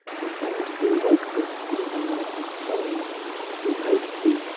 we find thee wakeful in the laughing child we hate thee,